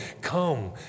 come